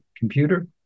Computer